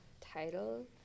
title